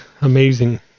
amazing